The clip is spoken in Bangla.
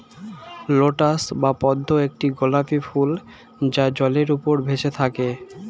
লোটাস বা পদ্ম একটি গোলাপী ফুল যা জলের উপর ভেসে থাকে